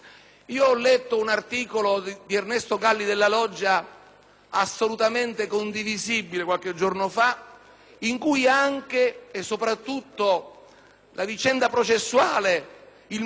assolutamente condivisibile, in cui anche e soprattutto la vicenda processuale, il modo in cui si è giunti all'esito,